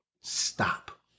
stop